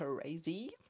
crazy